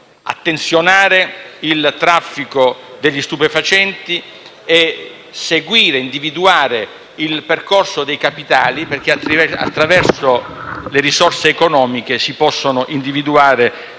attenzione sul traffico degli stupefacenti e individuare il percorso dei capitali, perché attraverso le risorse economiche si possono individuare